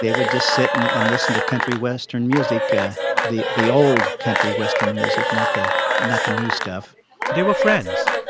they would just sit and and listen to country western music, ah the the old country western music, not the not the new stuff they were friends.